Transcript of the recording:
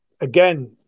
again